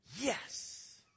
Yes